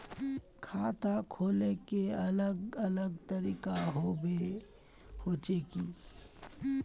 खाता खोले के अलग अलग तरीका होबे होचे की?